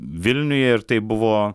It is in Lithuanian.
vilniuje ir tai buvo